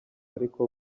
ariko